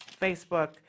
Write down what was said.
Facebook